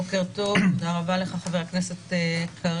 בוקר טוב, תודה רבה לך, חבר הכנסת קריב,